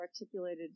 articulated